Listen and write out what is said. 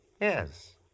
Yes